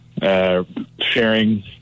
sharing